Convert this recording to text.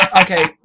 Okay